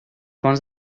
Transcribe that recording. fonts